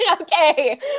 Okay